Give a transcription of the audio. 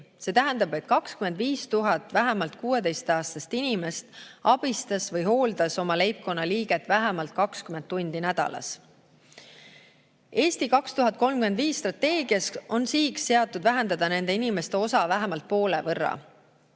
See tähendab, et 25 000 vähemalt 16-aastast inimest abistas või hooldas oma leibkonna liiget vähemalt 20 tundi nädalas. Strateegias "Eesti 2035" on sihiks seatud vähendada nende inimeste osa vähemalt poole võrra.